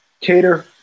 Cater